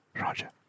Roger